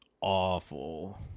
awful